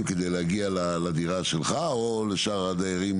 כדי שיגיעו לדירה שלך או לשאר הדיירים,